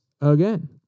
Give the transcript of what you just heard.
again